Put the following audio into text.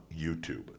YouTube